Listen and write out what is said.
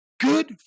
good